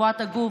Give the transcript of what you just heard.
רפואת הגוף,